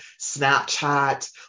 Snapchat